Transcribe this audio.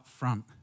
upfront